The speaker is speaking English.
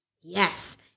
Yes